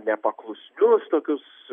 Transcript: nepaklusnius tokius